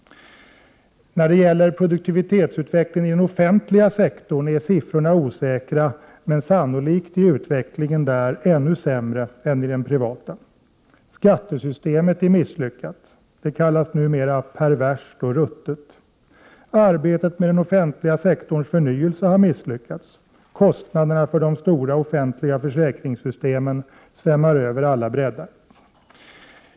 När det gäller produktivitetsutvecklingen inom den offentliga sektorn är siffrorna osäkra, men sannolikt är utvecklingen där ännu sämre än inom den privata sektorn. —- Skattesystemet är misslyckat. Det kallas numera perverst och ruttet. - Arbetet med den offentliga sektorns förnyelse har misslyckats. = Kostnaderna för de stora offentliga försäkringssystemen svämmar över alla breddar.